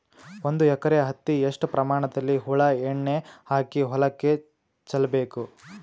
ಒಂದು ಎಕರೆ ಹತ್ತಿ ಎಷ್ಟು ಪ್ರಮಾಣದಲ್ಲಿ ಹುಳ ಎಣ್ಣೆ ಹಾಕಿ ಹೊಲಕ್ಕೆ ಚಲಬೇಕು?